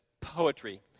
poetry